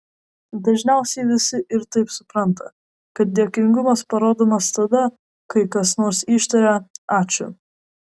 dažniausiai visi ir taip supranta kad dėkingumas parodomas tada kai kas nors ištaria ačiū